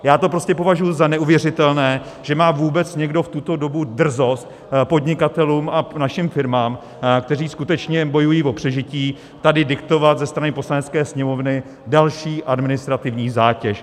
Já to prostě považuju za neuvěřitelné, že má vůbec někdo v tuto dobu drzost podnikatelům a našim firmám, kteří skutečně bojují o přežití, tady diktovat ze strany Poslanecké sněmovny další administrativní zátěž.